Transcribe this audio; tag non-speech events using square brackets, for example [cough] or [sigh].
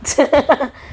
[laughs]